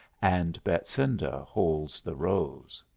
and betsinda holds the rose.